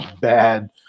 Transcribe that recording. bad